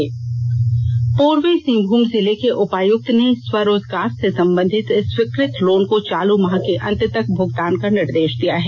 special story Jamshedpur Purbi Singhbhum जिले के उपायुक्त ने स्वरोजगार से संबधित स्वीकृत लोन को चालू माह के अंत तक भुगतान का निर्देष दिया है